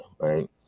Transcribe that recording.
right